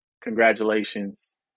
Congratulations